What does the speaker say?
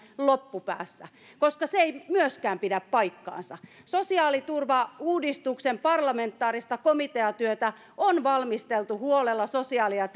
loppupäässä koska se ei myöskään pidä paikkaansa sosiaaliturvauudistuksen parlamentaarista komiteatyötä on valmisteltu huolella sosiaali ja